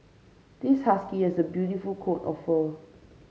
this husky has a beautiful coat of fur